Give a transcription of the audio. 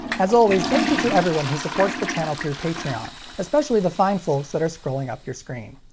as always, thank you to everyone who supports the channel through patreon, especially the fine folks that are scrolling up your screen.